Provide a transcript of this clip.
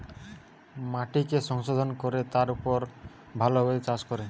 মাটিকে সংশোধন কোরে তার উপর ভালো ভাবে চাষ করে